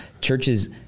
churches